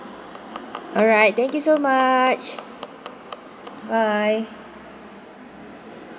alright thank you so much bye